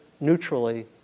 neutrally